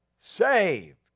saved